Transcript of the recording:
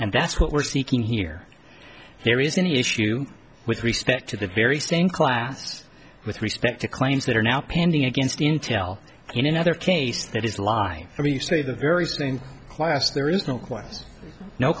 and that's what we're seeking here there is an issue with respect to the very same class with respect to claims that are now pending against intel in another case that is lying for you say the very same class there is no question no